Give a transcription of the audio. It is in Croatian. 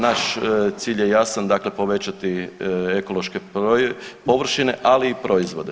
Naš cilj je jasan, dakle povećati ekološke površine, ali i proizvode.